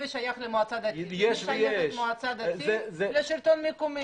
המקווה שייך למועצה דתית ולשלטון המקומי.